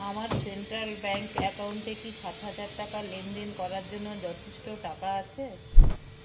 আমার central bank অ্যাকাউন্টে কি সাত হাজার টাকা লেনদেন করার জন্য যথেষ্ট টাকা আছে